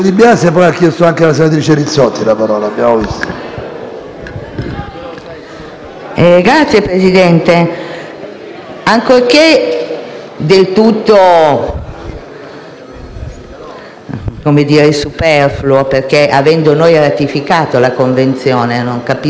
Signor Presidente, ancorché del tutto superfluo, perché avendo noi ratificato la Convenzione non capisco per quale motivo dobbiamo ripeterlo, chiedo al Governo